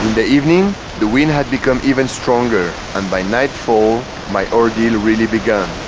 the evening the wind had become even stronger and by nightfall my ordeal really began.